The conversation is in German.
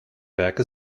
werke